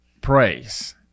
praise